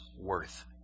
worth